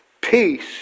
peace